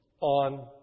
on